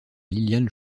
liliane